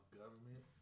government